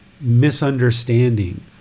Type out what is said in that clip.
misunderstanding